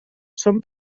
són